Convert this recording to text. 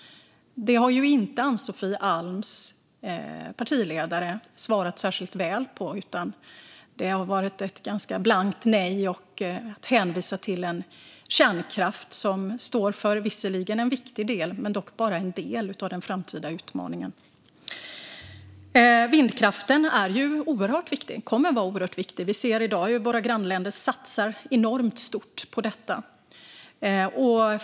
Där har inte Ann-Sofie Alms partiledare svarat särskilt väl, utan det har varit ett ganska blankt nej. Moderaterna har hänvisat till en kärnkraft som visserligen står för en viktig del av den framtida utmaningen men dock bara en del. Vindkraften är och kommer att vara oerhört viktig. Vi ser i dag hur våra grannländer satsar enormt på den.